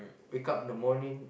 wake up in the morning